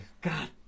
God